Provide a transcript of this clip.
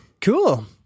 Cool